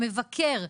המבקר,